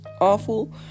awful